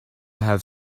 have